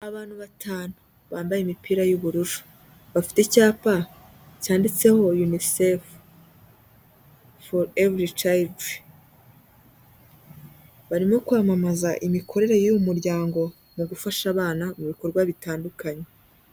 Abantu batanu bambaye imipira y'ubururu, bafite icyapa cyanditseho Unicef for every child, barimo kwamamaza imikorere y'uyu muryango mu gufasha abana mu bikorwa bitandukanye.